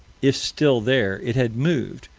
if still there, it had moved,